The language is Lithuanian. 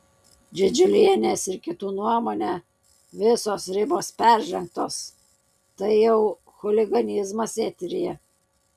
didžiulienės ir kitų nuomone visos ribos peržengtos tai jau chuliganizmas eteryje